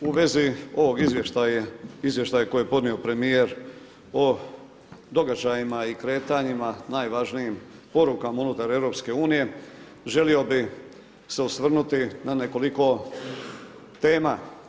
U vezi ovog izvještaja koji je podnio premijer o događajima i kretanjima najvažnijim porukama unutar EU želio bih se osvrnuti na nekoliko tema.